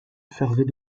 servait